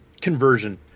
conversion